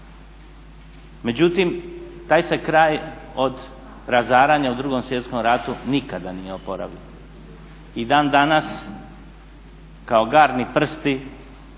Međutim, taj se kraj od razaranja u Drugom svjetskom ratu nikada nije oporavio. I dan danas kao … prsti